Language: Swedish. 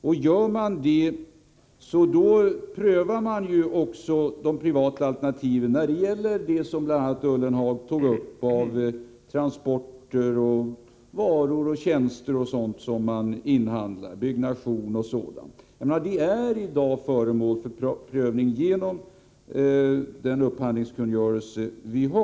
Och gör man det, då prövar man ju också de privata alternativen när det gäller bl.a. de byggnationer o. d. som man inhandlar. Dessa är i dag föremål för prövning Onsdagen den genom den upphandlingskungörelse som vi nu har.